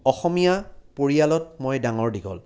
অসমীয়া পৰিয়ালত মই ডাঙৰ দীঘল